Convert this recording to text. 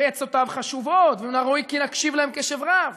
ועצותיו חשובות, ומן הראוי כי נקשיב להן קשב רב.